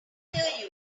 hear